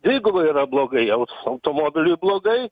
dvigubai yra blogai jaus automobiliui blogai